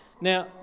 Now